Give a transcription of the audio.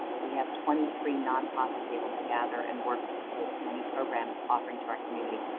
we have twenty three nonprofits able to gather and work with many programs offering to our community,